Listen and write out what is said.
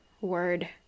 word